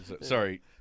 Sorry